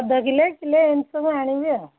ଅଧ kilo kilo ଏମିତି ସବୁ ଆଣିବି ଆଉ